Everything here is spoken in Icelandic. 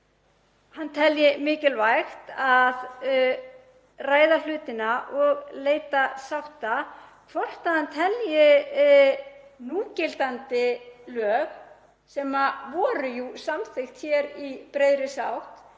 hann telji mikilvægt að ræða hlutina og leita sátta, hvort hann telji núgildandi lög, sem voru samþykkt hér í breiðri sátt